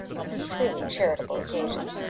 on this truly charitable occasion.